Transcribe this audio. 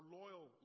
loyal